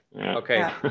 Okay